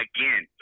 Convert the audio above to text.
Again